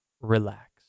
relax